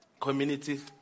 communities